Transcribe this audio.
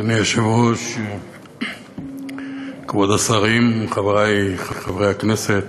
אדוני היושב-ראש, כבוד השרים, חברי חברי הכנסת,